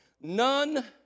none